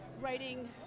writing